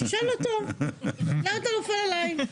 תשאל אותו, למה אתה נופל עלי?